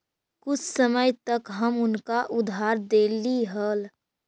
कुछ समय तक हम उनका उधार देली हल